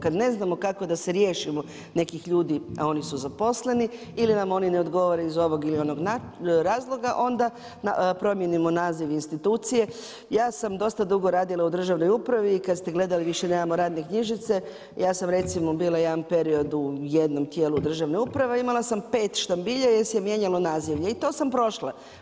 Kada ne znamo kako da se riješimo nekih ljudi, a oni su zaposleni ili nam oni ne odgovaraju iz ovog ili onog razloga onda promijenimo naziv institucije. ja sam dugo radila u državnoj upravi i kada ste gledali više nemamo radne knjižice, ja sam recimo bila jedan period u jednom tijelu državne uprave i imala sam pet štambilja jer se mijenjalo nazivlje i to sam prošla.